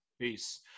Peace